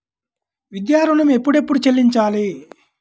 విద్యా ఋణం ఎప్పుడెప్పుడు చెల్లించాలి?